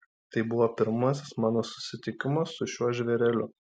tai buvo pirmasis mano susitikimas su šiuo žvėreliu